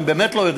אני לא יודע.